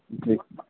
ठीक